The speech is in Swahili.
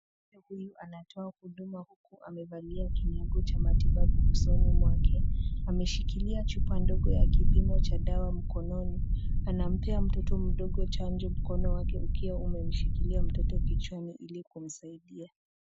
Mtu huyu anatoa huduma huku amevalia kinyago cha matibabu usoni wake. Ameshikilia chupa ndogo ya kipimo cha dawa mkononi. Anampea mtoto mdogo chanjo mkono wake ukiwa umeshikilia mtoto kichwani ili kumsaidia.